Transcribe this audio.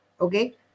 Okay